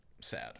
sad